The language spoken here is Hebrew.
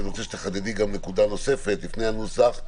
אני רוצה שתחדדי גם נקודה נוספת לפני הנוסח,